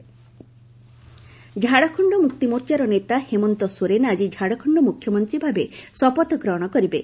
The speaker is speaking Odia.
ଝାଡ଼ଖଣ୍ଡ ସିଏମ୍ ଝାଡ଼ଖଣ୍ଡ ମୁକ୍ତିମୋର୍ଚ୍ଚାର ନେତା ହେମନ୍ତ ସୋରେନ ଆଜି ଝାଡ଼ଖଣ୍ଡ ମୁଖ୍ୟମନ୍ତ୍ରୀ ଭାବେ ଶପଥ ଗ୍ରହଣ କରିବେ